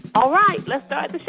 all right, let's start